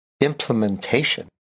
implementation